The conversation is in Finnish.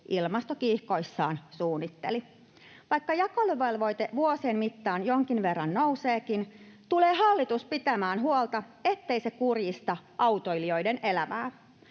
ilmastokiihkoissaan suunnitteli. Vaikka jakeluvelvoite vuosien mittaan jonkin verran nouseekin, tulee hallitus pitämään huolta, ettei se kurjista autoilijoiden elämää.